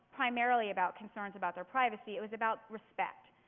primarily about concerns about their privacy it was about respect.